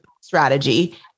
strategy